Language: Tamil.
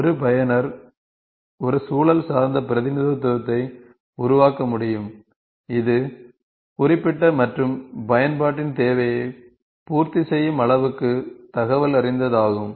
ஒரு பயனர் ஒரு சூழல் சார்ந்த பிரதிநிதித்துவத்தை உருவாக்க முடியும் இது குறிப்பிட்ட மற்றும் பயன்பாட்டின் தேவையை பூர்த்தி செய்யும் அளவுக்கு தகவலறிந்ததாகும்